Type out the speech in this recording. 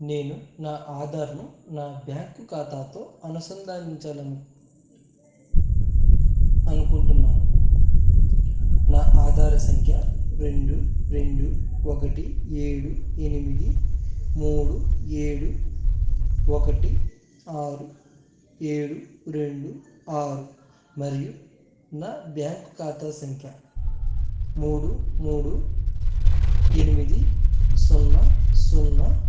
నేను నా ఆధార్ను నా బ్యాంకు ఖాతాతో అనుసంధానించాలి అనుకుంటున్నాను నా ఆధార్ సంఖ్య రెండు రెండు ఒకటి ఏడు ఎనిమిది మూడు ఏడు ఒకటి ఆరు ఏడు రెండు ఆరు మరియు నా బ్యాంకు ఖాతా సంఖ్య మూడు మూడు ఎనిమిది సున్నా సున్నా